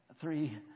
three